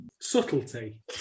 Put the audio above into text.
subtlety